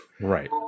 right